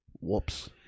Whoops